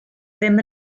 ddim